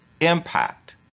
impact